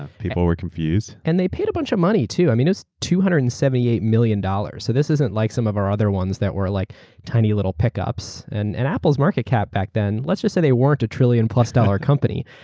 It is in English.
ah people were confused. and they paid a bunch of money, too. i mean, it's two hundred and seventy eight million dollars. this isn't like some of our other ones that were like tiny little pickups and and apple's market cap back then, let's just say they weren't a trillion-plus dollar company.